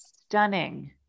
stunning